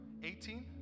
18